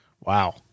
wow